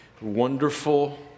wonderful